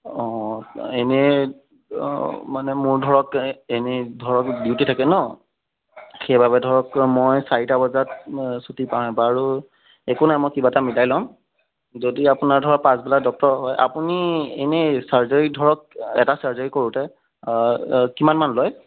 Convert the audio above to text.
অঁ এনেই মানে মোৰ ধৰক এনে ধৰক ডিউটী থাকে ন সেইবাবে ধৰক মই চাৰিটা বজাত মই ছুটী পাওঁ বাৰু একোনাই মই কিবা এটা মিলাই ল'ম যদি আপোনাৰ ধৰক পাছবেলা ডক্টৰ হয় আপুনি এনেই চাৰ্জাৰী ধৰক এটা চাৰ্জাৰী কৰোঁতে কিমান মান লয়